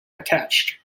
attached